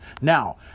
Now